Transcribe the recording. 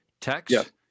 Text